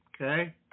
Okay